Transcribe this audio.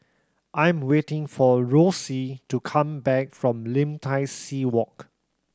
I'm waiting for Rossie to come back from Lim Tai See Walk